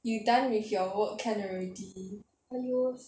you done with your work can already